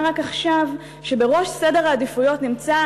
רק עכשיו שבראש סדר העדיפויות נמצא,